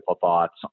thoughts